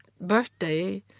birthday